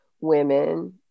women